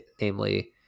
namely